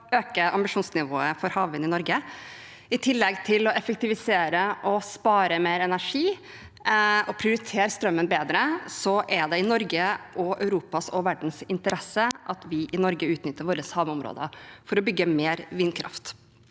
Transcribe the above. å øke ambisjonsnivået for havvind i Norge. I tillegg til å effektivisere, spare mer energi og prioritere strømmen bedre er det i Norges, Europas og verdens interesse at vi i Norge utnytter våre havområder for å bygge mer vindkraft.